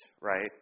right